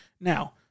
Now